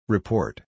Report